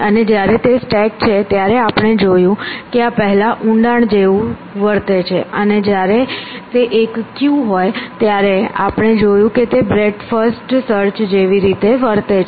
અને જ્યારે તે સ્ટેક છે ત્યારે આપણે જોયું કે આ પહેલા ઊંડાણ જેવું વર્તે છે અને જ્યારે તે એક ક્યુ હોય ત્યારે આપણે જોયું કે તે બ્રેડ્થ ફર્સ્ટ સર્ચ જેવી વર્તે છે